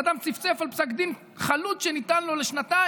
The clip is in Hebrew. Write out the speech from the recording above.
אדם צפצף על פסק דין חלוט שניתן לו לשנתיים,